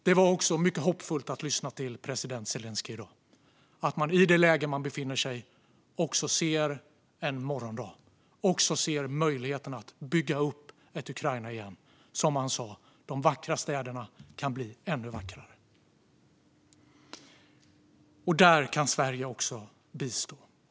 Det var också mycket hoppfullt att lyssna till president Zelenskyj i dag, att man i det läge man befinner sig i ändå ser en morgondag och möjligheterna att bygga upp ett Ukraina igen. Som han sa: De vackra städerna kan bli ännu vackrare. Där kan Sverige också bistå.